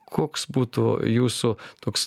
koks būtų jūsų toks